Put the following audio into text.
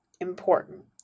important